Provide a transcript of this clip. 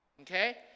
Okay